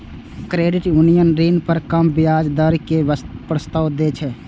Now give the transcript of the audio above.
credit union ऋण पर कम ब्याज दर के प्रस्ताव दै छै